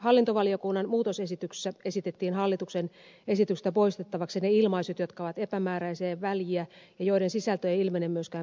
hallintovaliokunnan muutosesityksissä esitettiin hallituksen esityksestä poistettavaksi ne ilmaisut jotka ovat epämääräisiä ja väljiä ja joiden sisältö ei ilmene myöskään perusteluista